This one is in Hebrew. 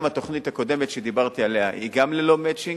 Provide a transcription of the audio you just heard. גם התוכנית הקודמת שדיברתי עליה היא ללא "מצ'ינג"